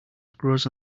grows